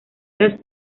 las